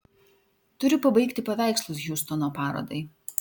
turiu pabaigti paveikslus hjustono parodai